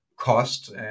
cost